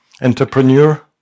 entrepreneur